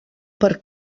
per